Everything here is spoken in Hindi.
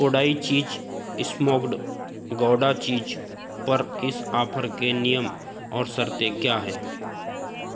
Kodai cheese smoked gouda cheese पर इस ऑफ़र के नियम और शर्तें क्या हैं